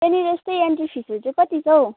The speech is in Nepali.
त्यहाँनिर यस्तै एन्ट्री फिसहरू चाहिँ कति छ हौ